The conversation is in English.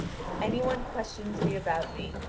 if any one questions thee about me,